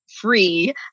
free